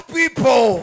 people